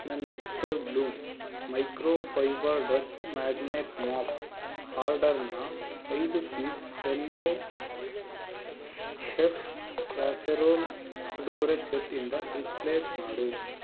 ನನ್ನ Mister Glum microfibre dust magnet mop ಆರ್ಡರನ್ನ ಐದು ಪೀಸ್ ಸೆಲ್ಲೊ ಷೆಫ್ ಕ್ಯಾಸರೋಲ್ ಉಡುಗೊರೆ ಸೆಟ್ಟಿಂದ ರೀಪ್ಲೇಸ್ ಮಾಡು